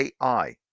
AI